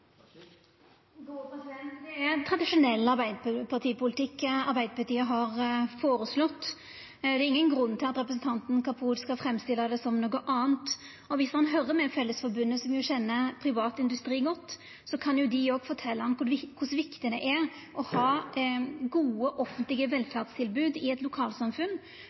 Det er tradisjonell Arbeidarparti-politikk Arbeidarpartiet har føreslått. Det er ingen grunn til at representanten Kapur skal framstille det som noko anna. Viss han høyrer med Fellesforbundet, som jo kjenner privat industri godt, kan dei også fortelja han kor viktig det er å ha gode offentlege velferdstilbod i eit lokalsamfunn,